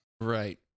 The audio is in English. Right